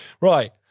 Right